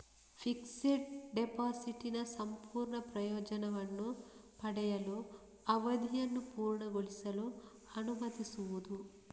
fixed ಡೆಪಾಸಿಟಿನ ಸಂಪೂರ್ಣ ಪ್ರಯೋಜನವನ್ನು ಪಡೆಯಲು, ಅವಧಿಯನ್ನು ಪೂರ್ಣಗೊಳಿಸಲು ಅನುಮತಿಸುವುದು